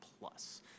plus